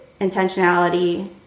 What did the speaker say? intentionality